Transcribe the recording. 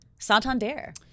santander